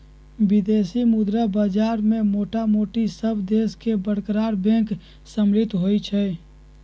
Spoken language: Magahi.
विदेशी मुद्रा बाजार में मोटामोटी सभ देश के बरका बैंक सम्मिल होइ छइ